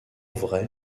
vrai